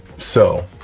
so